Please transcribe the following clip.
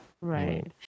Right